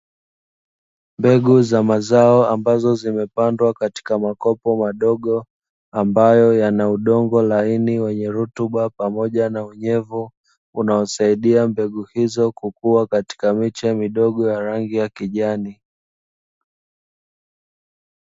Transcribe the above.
Mbegu za mazao, ambazo zimepandwa katika makopo madogo ambayo yana udongo laini wenye rutuba pamoja na Unyevu unaosaidia mbegu hizo kukua katika miche midogo ya rangi ya kijani.